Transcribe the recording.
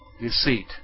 Deceit